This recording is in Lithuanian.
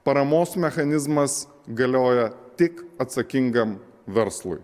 paramos mechanizmas galioja tik atsakingam verslui